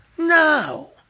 No